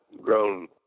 grown